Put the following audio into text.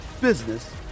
business